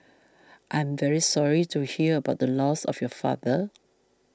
I'm very sorry to hear about the loss of your father